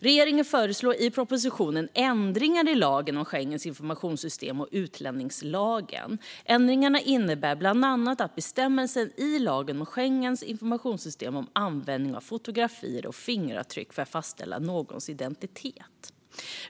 Regeringen föreslår i propositionen ändringar i lagen om Schengens informationssystem och utlänningslagen. Ändringarna gäller bland annat bestämmelsen i lagen om Schengens informationssystem om användning av fotografier och fingeravtryck för att fastställa någons identitet.